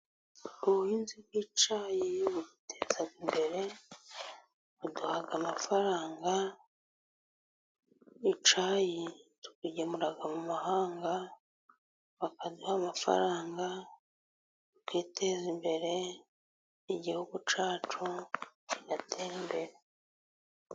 Ubuhinzi bw'icyayi buduteza imbere buduha amafaranga, icyayi tukigemura mu mahanga bakaduha amafaranga tukiteza imbere igihugu cyacu kigatera imbere.